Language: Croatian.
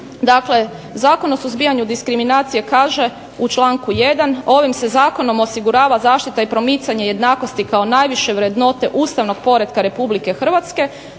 Dakle, Zakon o suzbijanju diskriminacije kaže u članku 1. ovim se zakonom osigurava zaštita i promicanje jednakosti kao najviše vrednote ustavnog poretka Republike Hrvatske,